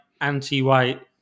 anti-white